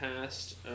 past